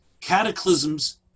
cataclysms